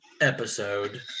episode